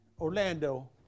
Orlando